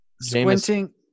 Squinting